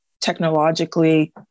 technologically